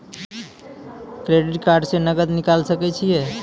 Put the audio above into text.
Credit card से नगद निकाल सके छी?